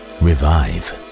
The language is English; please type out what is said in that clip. revive